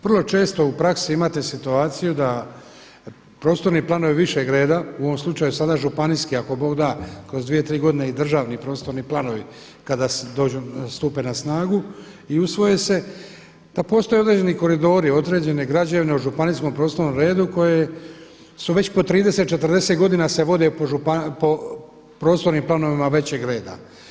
Vrlo često u praksi imate situaciju da prostorni planovi višeg reda u ovom slučaju sada županijski ako bog da kroz dvije, tri godine i državni prostorni planovi kada dođu, stupe na snagu i usvoje se da postoje određeni koridori, određene građevine u županijskom prostornom redu koje su već po 30, 40 godina se vode po prostornim planovima većeg reda.